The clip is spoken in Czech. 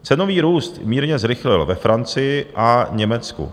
Cenový růst mírně zrychlil ve Francii a Německu.